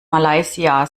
malaysia